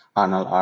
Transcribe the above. anal